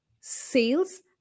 sales